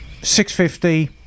650